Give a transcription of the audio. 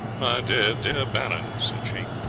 my dear, dear baron, said she,